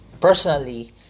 personally